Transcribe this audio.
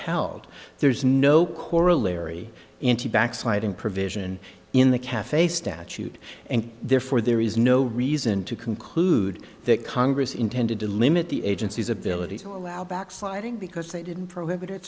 held there's no corollary into backsliding provision in the cafe statute and therefore there is no reason to conclude that congress intended to limit the agency's abilities backsliding because they didn't prohibit it